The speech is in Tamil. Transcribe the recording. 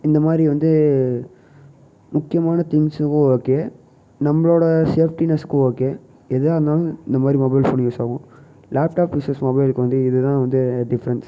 இந்த மாதிரி வந்து முக்கியமான திங்க்ஸு ஓ ஓகே நம்மளோட சேஃப்ட்டினஸ்க்கு ஓகே எதாக இருந்தாலும் இந்த மாதிரி மொபைல் ஃபோன் யூஸ் ஆகும் லேப்டாப் வெஸ்ஸஸ் மொபைலுக்கு வந்து இதுதான் வந்து டிஃப்ரன்ஸ்